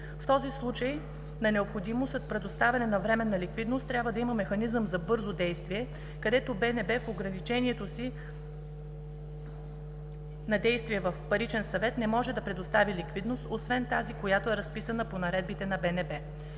В този случай на необходимост от предоставяне на временна ликвидност, трябва да има механизъм за бързо действие, където БНБ, в ограничението си на действие в Паричен съвет, не може да предостави ликвидност, освен тази която е разписана по Наредбите на БНБ.